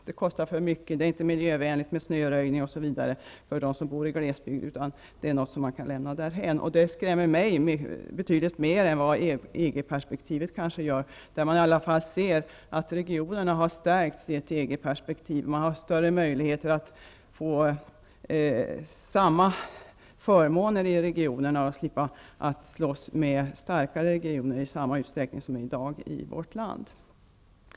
Det kostar för mycket. Det är inte miljövänligt med snöröjning för dem som bor i glesbygd osv., utan det är något som vi kan lämna därhän. Det skrämmer mig betydligt mer än vad EG perspektivet kanske gör. Regionerna har i alla fall stärkts i ett EG-perspektiv. Man har större möjligheter att få samma förmåner i regionerna och slipper slåss med starka regioner i den utsträckning som sker i dag i vårt land.